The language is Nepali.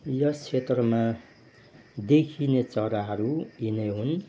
यस क्षेत्रमा देखिने चराहरू यीनै हुन्